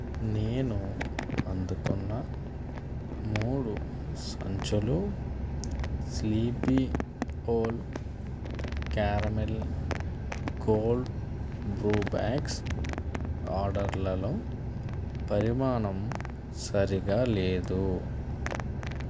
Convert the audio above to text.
నేను అందుకున్న మూడు సంచులు Sleepy Owl caramel cold brew bags order లలో పరిమాణం సరిగ్గా లేదు